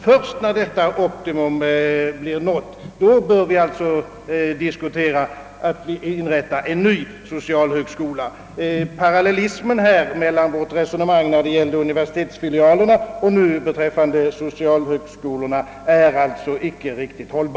Först när så skett, bör vi diskutera inrättandet av en ny socialhögskola. Parallellismen mellan resonemanget om universitetsfilialerna och om socialhögskolorna är alltså inte fullständig.